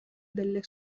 delle